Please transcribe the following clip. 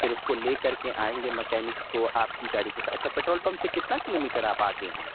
پھر اس کو لے کر کے آئیں گے مکینک کو آپ کی گاڑی اچھا پٹرول پمپ سے کتنا کلو میٹر آپ آگے ہیں